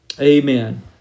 Amen